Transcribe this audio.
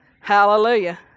Hallelujah